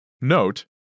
Note